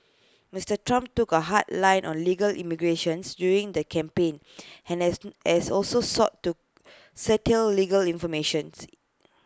Mister Trump took A hard line on legal immigrations during the campaign and has has also sought to curtail legal informations